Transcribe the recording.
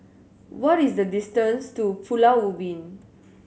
what is the distance to Pulau Ubin